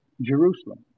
Jerusalem